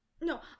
No